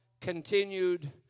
continued